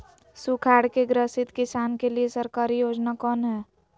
सुखाड़ से ग्रसित किसान के लिए सरकारी योजना कौन हय?